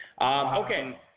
Okay